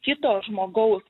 kito žmogaus